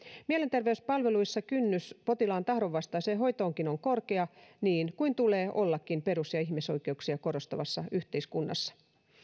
mielenterveyspalveluissa kynnys potilaan tahdonvastaiseen hoitoonkin on korkea niin kuin tulee ollakin perus ja ihmisoikeuksia korostavassa yhteiskunnassa